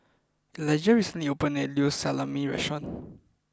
Elijah recently opened a new Salami restaurant